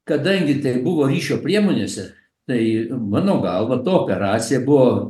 kadangi tai buvo ryšio priemonėse tai mano galva to operacija buvo